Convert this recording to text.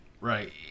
right